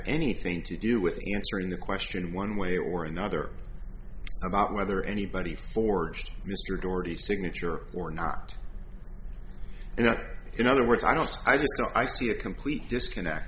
anything to do with answering the question one way or another about whether anybody forged mr doherty signature or not you know in other words i don't i just don't i see a complete disconnect